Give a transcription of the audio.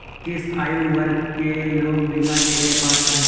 किस आयु वर्ग के लोग बीमा के लिए पात्र हैं?